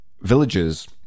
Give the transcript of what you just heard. villages